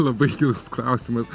labai gilus klausimas